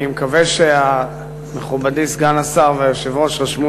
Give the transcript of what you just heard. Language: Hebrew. אני מקווה שמכובדי סגן השר והיושב-ראש רשמו